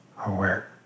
Aware